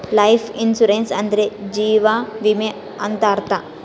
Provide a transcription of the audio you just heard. life insurance ಅಂದ್ರೆ ಜೀವ ವಿಮೆ ಅಂತ ಅರ್ಥ